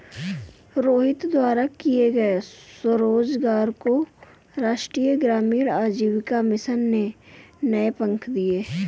रोहित द्वारा किए गए स्वरोजगार को राष्ट्रीय ग्रामीण आजीविका मिशन ने नए पंख दिए